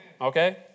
Okay